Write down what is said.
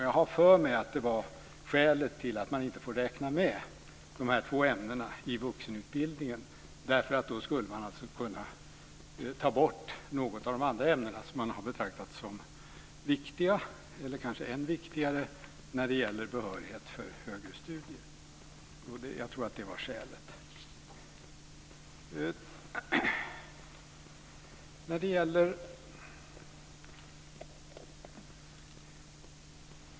Jag har för mig att det var skälet till att man inte får räkna med de två ämnena i vuxenutbildningen därför att man då skulle kunna ta bort något av de andra ämnena som betraktats som viktiga eller kanske än viktigare när det gäller behörighet för högre studier. Jag tror som sagt att det var skälet.